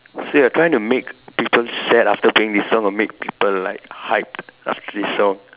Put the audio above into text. so you're trying to make people sad after playing this song or make people like hyped after playing this song